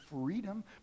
freedom